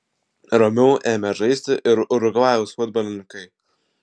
ramiau ėmė žaisti ir urugvajaus futbolininkai